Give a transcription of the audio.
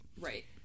right